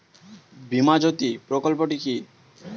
বীমা জ্যোতি প্রকল্পটি কি?